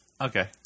Okay